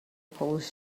polish